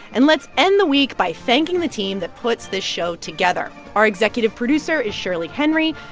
and let's end the week by thanking the team that puts this show together. our executive producer is shirley henry.